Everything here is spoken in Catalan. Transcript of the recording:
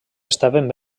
estaven